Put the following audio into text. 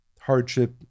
hardship